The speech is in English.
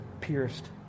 pierced